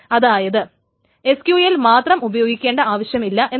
അതായത് SQL മാത്രം ഉപയോഗിക്കേണ്ട ആവശ്യം ഇല്ല എന്നാണ്